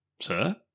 sir